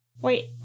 wait